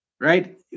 right